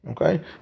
Okay